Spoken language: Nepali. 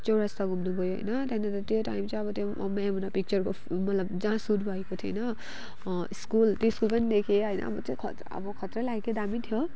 चौरास्ता घुम्नु गयो होइन त्यहाँदेखि अन्त त्यो टाइम चाहिँ अब मैं हुँ ना पिक्चरको मतलब जहाँ सुट भएको थियो होइन स्कुल त्यो स्कुल पनि देखेँ होइन अब खत्रा खत्रा लाग्यो अब दामी थियो